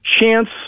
chance